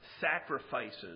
sacrifices